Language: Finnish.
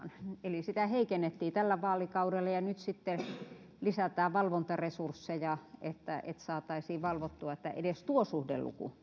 eli sitä heikennettiin tällä vaalikaudella ja nyt sitten lisätään valvontaresursseja että saataisiin valvottua että edes tuo suhdeluku